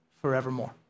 forevermore